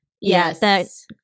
Yes